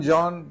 John